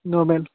normal